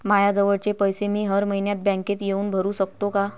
मायाजवळचे पैसे मी हर मइन्यात बँकेत येऊन भरू सकतो का?